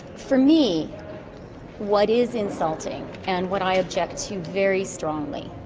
for me what is insulting and what i object to very strongly,